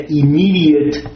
immediate